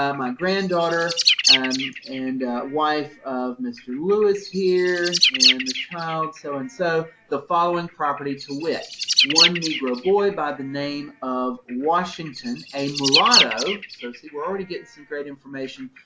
um my granddaughter and and wife of mr. lewis here and the child, so and so, the following property to wit one negro boy by the name of washington, a mulatto. so see, we're already getting some great information,